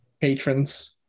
patrons